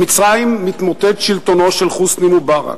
במצרים מתמוטט שלטונו של חוסני מובארק,